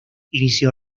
inició